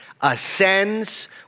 ascends